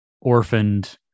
orphaned